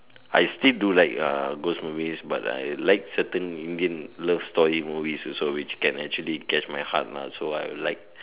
I still do like uh ghost movies but I like certain Indian love story movies also which can actually catch my heart lah so I like